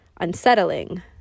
unsettling